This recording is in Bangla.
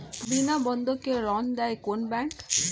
বিনা বন্ধক কে ঋণ দেয় কোন ব্যাংক?